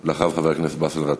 אחריו, חבר הכנסת באסל גטאס.